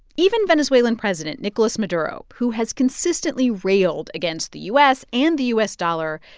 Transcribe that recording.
even venezuelan president nicolas maduro, who has consistently railed against the u s. and the u s. dollar,